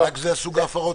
רק זה סוג ההפרות?